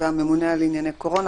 והממונה על ענייני קורונה,